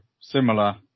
similar